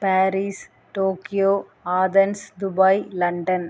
Paris Tokyo Athens Dubai London